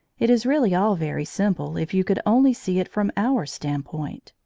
it is really all very simple if you could only see it from our standpoint.